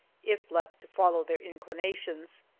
if left to follow their inclinations.